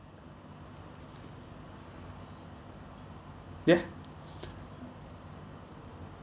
ya